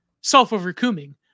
self-overcoming